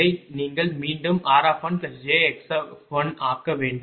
இதை நீங்கள் மீண்டும் r1jx ஆக்க வேண்டும்